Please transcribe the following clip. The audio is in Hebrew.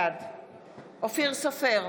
בעד אופיר סופר,